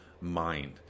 mind